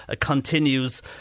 continues